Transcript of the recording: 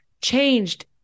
changed